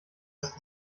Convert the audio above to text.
ist